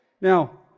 Now